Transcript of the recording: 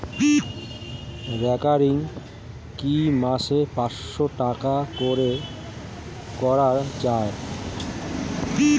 Recurring কি মাসে পাঁচশ টাকা করে করা যায়?